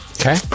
Okay